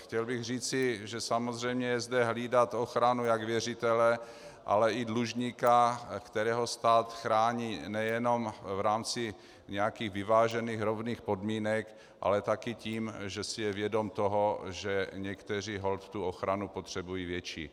Chtěl bych tedy říci, že samozřejmě je nutno hlídat ochranu jak věřitele, ale i dlužníka, kterého stát chrání nejenom v rámci nějakých vyvážených rovných podmínek, ale také tím, že si je vědom toho, že někteří holt ochranu potřebují větší.